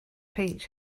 peach